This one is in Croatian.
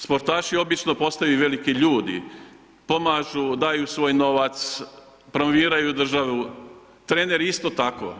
Sportaši obično postaju i veliki ljudi, pomažu, daju svoj novac, promoviraju državu, treneri isto tako.